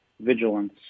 vigilance